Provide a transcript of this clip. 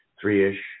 three-ish